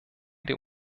der